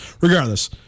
Regardless